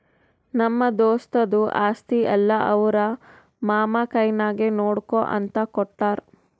ನಮ್ಮ ದೋಸ್ತದು ಆಸ್ತಿ ಎಲ್ಲಾ ಅವ್ರ ಮಾಮಾ ಕೈನಾಗೆ ನೋಡ್ಕೋ ಅಂತ ಕೊಟ್ಟಾರ್